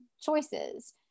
choices